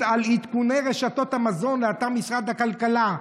על עדכוני רשתות המזון באתר משרד הכלכלה.